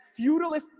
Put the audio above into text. feudalist